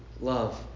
love